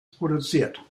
produziert